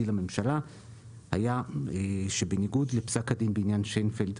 לממשלה היה שבניגוד לפסק הדין בעניין שיינפלד,